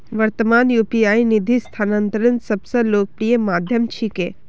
वर्त्तमानत यू.पी.आई निधि स्थानांतनेर सब स लोकप्रिय माध्यम छिके